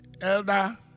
elder